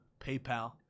PayPal